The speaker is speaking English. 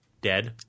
dead